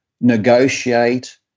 negotiate